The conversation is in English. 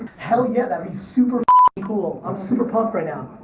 hell yeah, that'd be super ah cool. i'm super pumped right now.